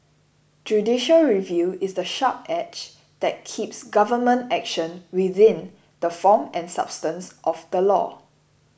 judicial review is the sharp edge that keeps government action within the form and substance of the law